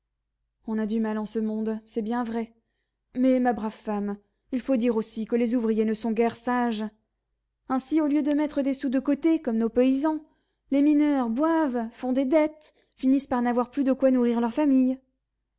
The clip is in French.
on a du mal en ce monde c'est bien vrai mais ma brave femme il faut dire aussi que les ouvriers ne sont guère sages ainsi au lieu de mettre des sous de côté comme nos paysans les mineurs boivent font des dettes finissent par n'avoir plus de quoi nourrir leur famille